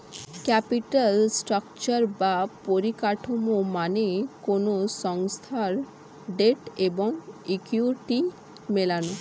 capital structure বা পরিকাঠামো মানে কোনো সংস্থার ডেট এবং ইকুইটি মেলানো